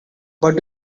what